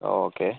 okay